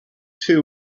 too